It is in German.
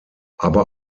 aber